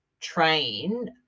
train